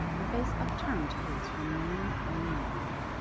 the face upturned to his remained unmoved.